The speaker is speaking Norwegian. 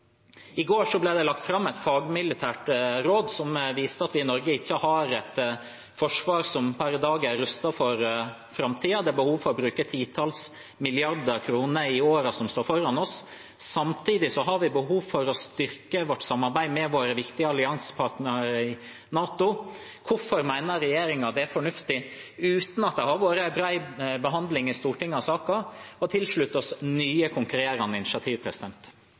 I går ble det lagt fram et fagmilitært råd som viste at vi i Norge ikke har et forsvar som per i dag er rustet for framtiden. Det er behov for å bruke titalls milliarder kroner i årene som står foran oss. Samtidig har vi behov for å styrke vårt samarbeid med viktige alliansepartnere i NATO. Hvorfor mener regjeringen det er fornuftig, uten at det har vært en bred behandling i Stortinget av saken, å tilslutte oss nye, konkurrerende initiativ?